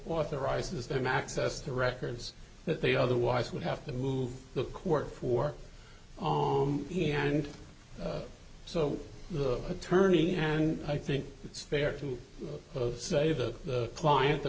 authorizes them access to records that they otherwise would have to move the court for on the end so the attorney and i think it's fair to say that the client the